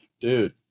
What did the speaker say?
dude